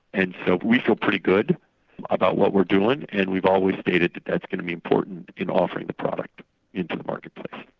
and so we feel pretty good about what we're doing, and we've always stated that that's going to be important in offering the product into the marketplace.